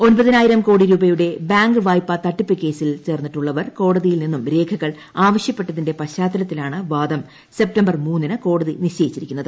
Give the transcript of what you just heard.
ഒൻപതിനായിരം കോടി രൂപയുടെ ബാങ്ക് വായ്പാ തട്ടിപ്പ് കേസിൽ ചേർന്നിട്ടുള്ളവർ കോടതിയിൽ നിന്നും രേഖകൾ ആവശ്യപ്പെട്ടതിന്റെ പശ്ചാത്തലത്തിലാണ് വാദം സെപ്റ്റംബർ മൂന്നിന് കോടതി നിശ്ചയിച്ചിരിക്കുന്നത്